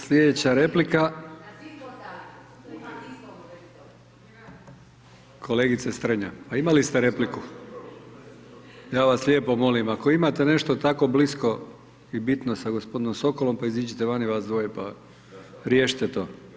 Slijedeća replika, kolegice Strenja pa imali ste repliku, ja vas lijepo molim ako imate nešto tako blisko i bitno sa gospodinom Sokolom, pa iziđite vani vas dvoje pa riješite to.